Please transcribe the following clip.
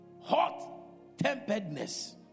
Hot-temperedness